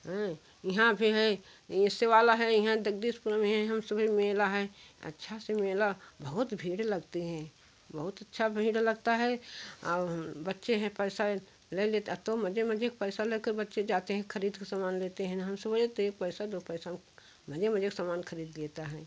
यहाँ भी है इस वाला है यहाँ जगदीशपुर में है हम सभी मेला है अच्छा से मेला बहुत भीड़ लगते हैं बहुत अच्छा भीड़ लगता है और हम बच्चे हैं पैसा ले लेते आ तो मजे मजे पैसा ले के बच्चे जाते हैं खरीद का समान लेते हैं हम सब एक पैसा दो पैसा मजे मजे का समान खरीद लेता है